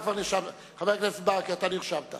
חבר הכנסת ברכה, אתה נרשמת.